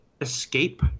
Escape